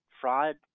fraud